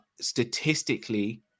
statistically